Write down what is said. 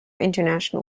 international